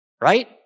right